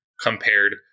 compared